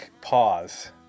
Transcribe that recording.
pause